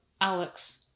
Alex